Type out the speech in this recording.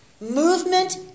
Movement